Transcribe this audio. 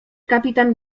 kapitan